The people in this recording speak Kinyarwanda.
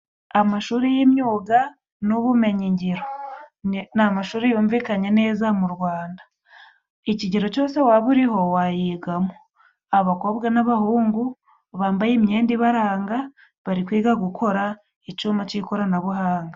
Amashuri y'imyuga n'ubumenyingiro ni amashuri yumvikanye neza mu Rwanda ikigero cose waba uriho wayigamo abakobwa n'abahungu bambaye imyenda ibaranga bari kwiga gukora icuma c'ikoranabuhanga.